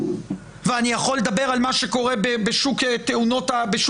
ואני יכול לדבר על מה שקורה בשוק העבודה